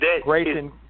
Grayson